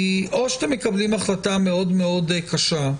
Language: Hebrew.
הוא או שאתם מקבלים החלטה מאוד מאוד קשה,